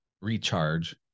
recharge